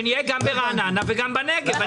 שנהיה גם ברעננה וגם בנגב.